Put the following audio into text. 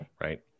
right